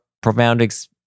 profound